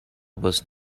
was